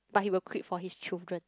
but he will quit for his children